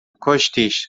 کشتیش